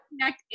connect